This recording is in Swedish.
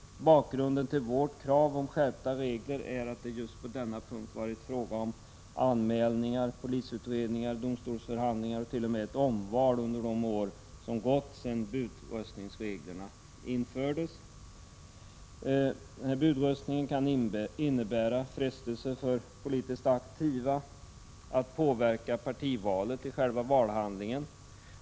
Bakgrunden till vårt krav om skärpta regler är att det under de år som gått sedan budröstningsreglerna infördes på just denna punkt varit fråga om anmälningar, polisutredningar, domstolsförhandlingar och t.o.m. ett omval. Budröstningen kan innebära frestelser för politiskt aktiva att påverka partivalet i själva valhandlingen.